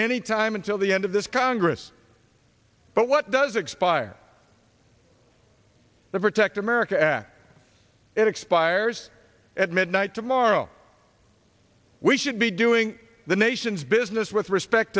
any time until the end of this congress but what does expire the protect america act it expires at midnight tomorrow we should be doing the nation's business with respect